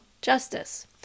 justice